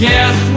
Yes